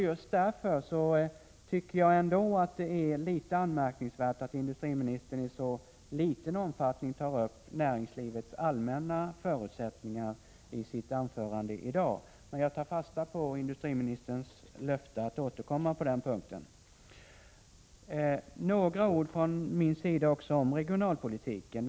Just därför tycker jag att det är litet anmärkningsvärt att industriministern i så liten omfattning tar upp näringslivets allmänna förutsättningar i sitt anförande i dag. Men jag tar fasta på industriministerns löfte att återkomma på den punkten. Några ord även från min sida om regionalpolitiken.